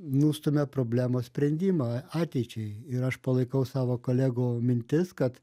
nustumia problemos sprendimą ateičiai ir aš palaikau savo kolegų mintis kad